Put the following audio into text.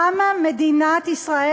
למה מדינת ישראל,